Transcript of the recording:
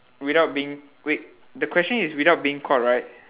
without being wait the question is without being caught right